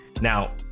Now